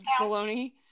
baloney